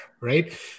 right